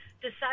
decide